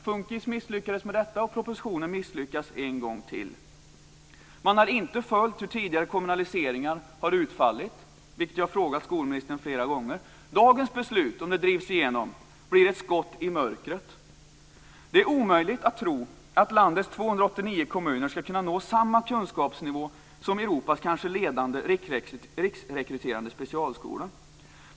FUNKIS misslyckades med detta, och propositionen misslyckas en gång till. Man har inte följt hur tidigare kommunaliseringar har utfallit, vilket jag frågat skolministern om flera gånger. Dagens beslut, om det drivs igenom, blir ett skott i mörkret. Det är omöjligt att tro att landets 289 kommuner ska kunna nå samma kunskapsnivå som Europas kanske ledande riksrekryterande specialskola.